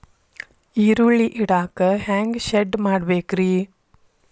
ಈರುಳ್ಳಿ ಇಡಾಕ ಹ್ಯಾಂಗ ಶೆಡ್ ಮಾಡಬೇಕ್ರೇ?